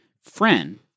Friend